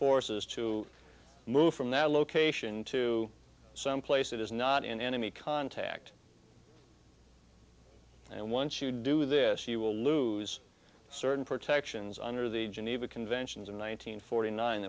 forces to move from that location to someplace that is not in enemy contact and once you do this you will lose certain protections under the geneva conventions and one hundred forty nine